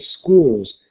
schools